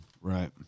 Right